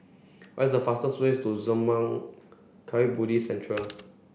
what is the fastest way to Zurmang Kagyud Buddhist Centre